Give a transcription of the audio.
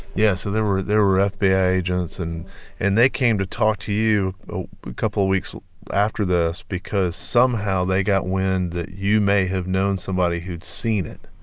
yeah so there were there were ah fbi agents. and and they came to talk to you a couple of weeks after this because somehow, they got wind that you may have known somebody who'd seen it,